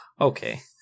Okay